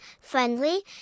friendly